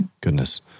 goodness